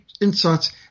insights